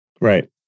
Right